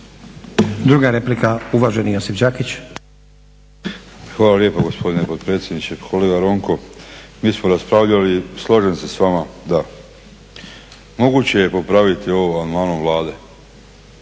Druga replika, uvaženi Josip Đakić. **Đakić, Josip (HDZ)** Hvala lijepo gospodine potpredsjedniče. Kolega Ronko, mi smo raspravljali, slažem se s vama da moguće je popraviti ovo amandmanom Vlade.